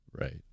Right